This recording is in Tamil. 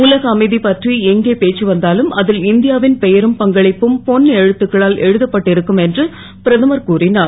உலக அமை பற்றி எங்கே பேச்சு வந்தாலும் அ ல் இந் யாவின் பெயரும் பங்களிப்பும் பொன் எழுத்தக்களால் எழுதப்பட்டிருக்கும் என்று பிரதமர் கூறினார்